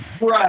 Right